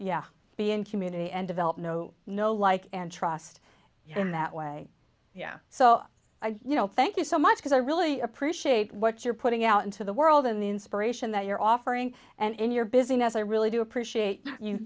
yeah be in community and develop know know like and trust in that way so you know thank you so much because i really appreciate what you're putting out into the world and the inspiration that you're offering and in your busy ness i really do appreciate you